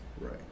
right